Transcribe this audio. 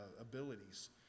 abilities